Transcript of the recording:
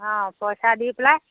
অঁ পইচা দি পেলাই